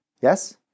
Yes